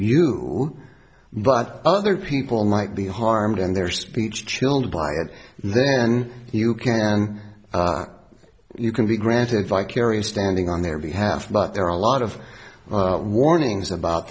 you but other people might be harmed in their speech chilled by it then you can you can be granted vicarious standing on their behalf but there are a lot of well warnings about